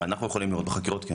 אנחנו יכולים לראות בחקירות.